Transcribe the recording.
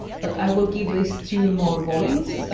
but i will give this two more volumes,